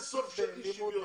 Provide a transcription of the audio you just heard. תבינו שאי שוויון,